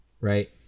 right